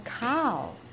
cow